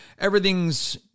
everything's